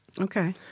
Okay